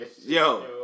yo